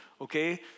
Okay